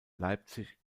leipzig